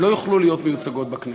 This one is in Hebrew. לא יוכלו להיות מיוצגות בכנסת.